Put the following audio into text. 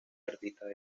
artistas